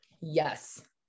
yes